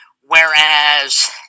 whereas